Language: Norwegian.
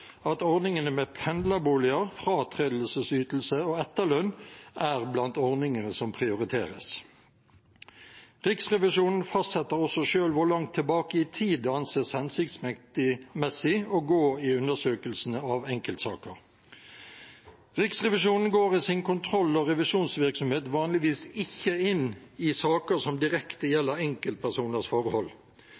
at ordningene med pendlerboliger, fratredelsesytelse og etterlønn er blant ordningene som prioriteres. Riksrevisjonen fastsetter også selv hvor langt tilbake i tid det anses hensiktsmessig å gå i undersøkelsene av enkeltsaker. Riksrevisjonen går i sin kontroll- og revisjonsvirksomhet vanligvis ikke inn i saker som direkte gjelder enkeltpersoners forhold.